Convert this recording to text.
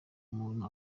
umuntu